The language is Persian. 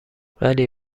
ولی